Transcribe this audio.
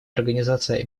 организации